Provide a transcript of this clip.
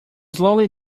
slowly